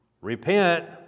Repent